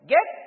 Get